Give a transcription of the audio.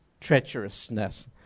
treacherousness